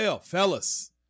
fellas